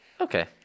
Okay